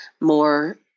more